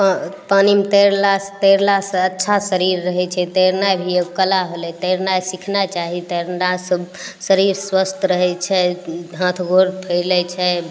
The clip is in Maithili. पानिमे तैरलासँ तैरलासँ अच्छा शरीर रहय छै तैरनाइ भी एगो कला होलय तैरनाइ सिखनाइ चाही तैरलासँ शरीर स्वस्थ रहय छै हाथ गोर फैलय छै